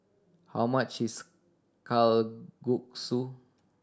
how much is Kalguksu